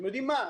אתם יודעים מה,